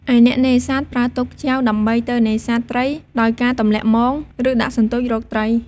ឯអ្នកនេសាទប្រើទូកចែវដើម្បីទៅនេសាទត្រីដោយការទម្លាក់មង ឬដាក់សន្ទូចរកត្រី។